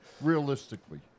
Realistically